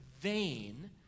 vain